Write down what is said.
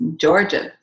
Georgia